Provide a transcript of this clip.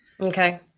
Okay